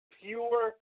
pure